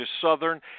Southern